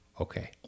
Okay